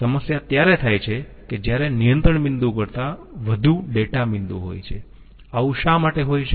સમસ્યા ત્યારે થાય છે કે જ્યારે નિયંત્રણ બિંદુઓ કરતાં વધુ ડેટા બિંદુઓ હોય છે આવું શા માટે હોય છે